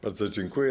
Bardzo dziękuję.